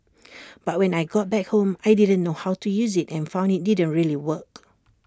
but when I got back home I didn't know how to use IT and found IT didn't really work